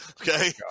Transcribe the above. okay